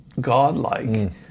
godlike